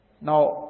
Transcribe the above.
Now